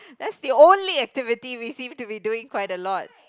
that's the only activity we seem to be doing quite a lot